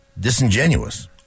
disingenuous